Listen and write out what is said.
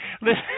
listen